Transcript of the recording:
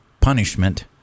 punishment